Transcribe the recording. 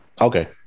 Okay